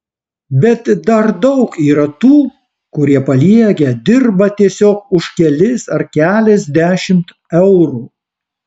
bet dar daug yra tų kurie paliegę dirba tiesiog už kelis ar keliasdešimt eurų